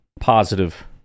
positive